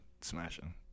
smashing